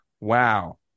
wow